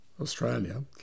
Australia